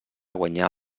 guanyar